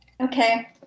Okay